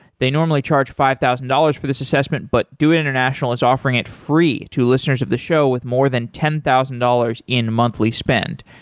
they normally charge five thousand dollars for this assessment, but doit international is offering it free to listeners of the show with more than ten thousand dollars in monthly spend.